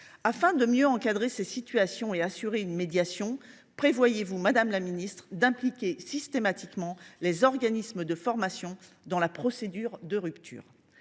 Afin de mieux encadrer ces situations et d’assurer une médiation, prévoyez vous, madame la ministre, d’impliquer systématiquement les organismes de formation dans la procédure de rupture ?